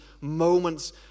moments